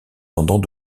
pendant